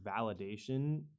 validation